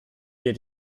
wir